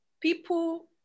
people